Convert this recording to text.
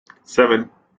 seven